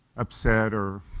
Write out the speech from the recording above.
upset or,